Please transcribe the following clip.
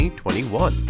2021